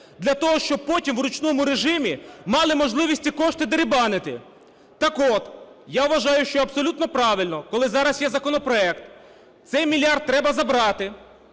для того, щоб потім в ручному режимі мали можливість ці кошти деребанити. Так от, я вважаю, що абсолютно правильно, коли зараз є законопроект, цей мільярд треба забрати.